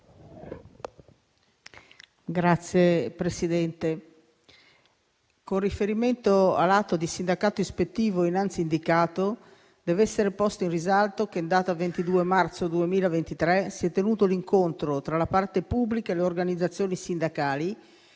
Signor Presidente, con riferimento all'atto di sindacato ispettivo indicato, deve essere posto in risalto che in data 22 marzo 2023 si è tenuto l'incontro tra la parte pubblica e le organizzazioni sindacali